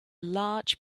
large